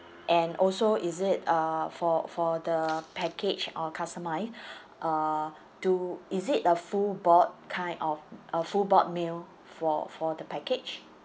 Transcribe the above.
and also is it uh for for the package or customised uh do is it a full board kind of a full board meal for for the package